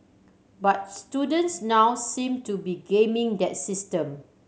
but students now seem to be gaming that system